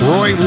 Roy